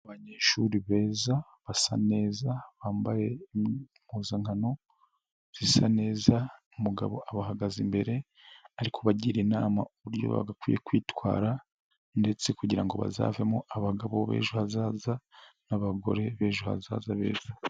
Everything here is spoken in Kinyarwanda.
Abanyeshuri beza, basa neza, bambaye impuzankano zisa neza, umugabo abahagaze imbere, ari kubagira inama, uburyo bagakwiye kwitwara ndetse kugira ngo bazavemo abagabo b'ejo hazaza n'abagore b'ejo hazaza beza.